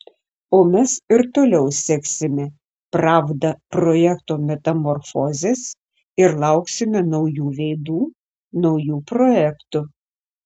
o mes ir toliau seksime pravda projekto metamorfozes ir lauksime naujų veidų naujų projektų